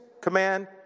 command